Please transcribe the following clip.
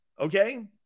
Okay